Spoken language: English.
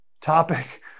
topic